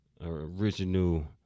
original